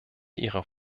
ihrer